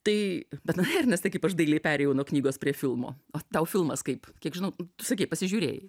tai bet na ernestai kaip aš dailiai perėjau nuo knygos prie filmo o tau filmas kaip kiek žinau tu sakei pasižiūrėjai